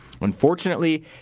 Unfortunately